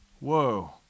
Whoa